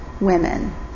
Women